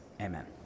amen